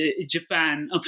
Japan